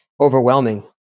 overwhelming